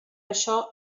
això